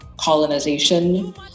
colonization